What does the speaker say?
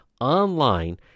online